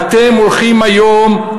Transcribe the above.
אתם הולכים היום,